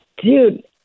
Dude